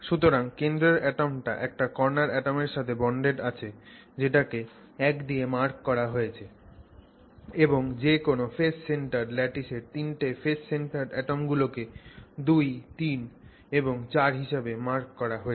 সুতরাং কেন্দ্রর অ্যাটমটা একটা কর্নার অ্যাটমের সাথে বন্ডেড আছে যেটাকে 1 দিয়ে মার্ক করা হয়েছে এবং যে কোন একটা ফেস সেন্টারড ল্যাটিসের তিনটে ফেস সেন্টারড অ্যাটম গুলো কে 2 3 এবং 4 হিসেবে মার্ক করা হয়েছে